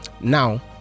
now